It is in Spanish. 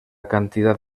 cantidad